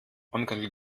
onkel